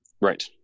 right